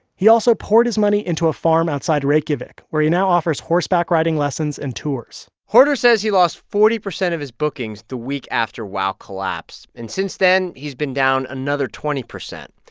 he also poured his money into a farm outside reykjavik, where he now offers horseback riding lessons and tours hordur says he lost forty percent of his bookings the week after wow collapsed, and since then, he's been down another twenty percent.